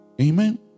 Amen